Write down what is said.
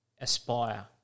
aspire